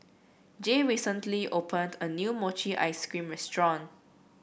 Jay recently opened a new Mochi Ice Cream restaurant